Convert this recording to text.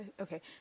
okay